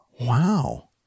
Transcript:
Wow